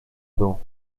dół